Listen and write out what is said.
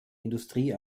industrie